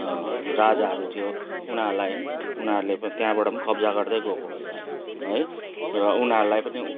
राजाहरू थियो उनीहरूलाई उनीहरूले त्यहाँबाट पनि कब्जा गर्दै गएको है र उनीहरूलाई पनि